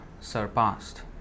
surpassed